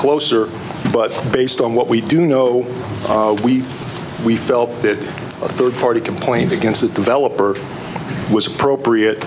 closer but based on what we do know we we felt that a third party complaint against the developer was appropriate